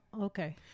okay